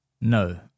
no